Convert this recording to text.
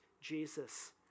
Jesus